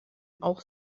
auch